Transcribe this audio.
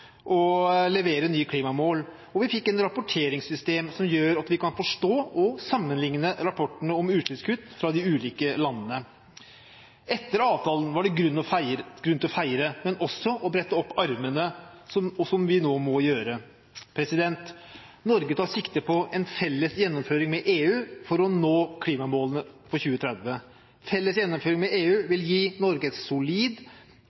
og levere nye klimamål. Og vi fikk et rapporteringssystem som gjør at vi kan forstå og sammenligne rapportene om utslippskutt fra de ulike landene. Etter avtalen var det grunn til å feire, men også å brette opp ermene for det vi nå må gjøre. Norge tar sikte på en felles gjennomføring med EU for å nå klimamålene for 2030. Felles gjennomføring med EU vil gi Norge et solid,